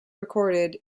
recorded